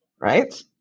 right